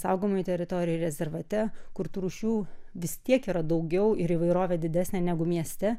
saugomoj teritorijoj rezervate kur tų rūšių vis tiek yra daugiau ir įvairovė didesnė negu mieste